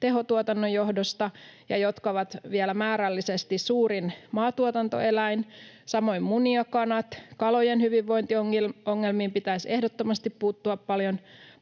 tehotuotannon johdosta ja jotka ovat vielä määrällisesti suurin maatuotantoeläin, samoin munijakanat. Kalojen hyvinvointiongelmiin pitäisi ehdottomasti puuttua paljon